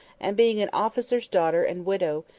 and, being an officer's daughter and widow,